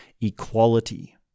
equality